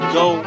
go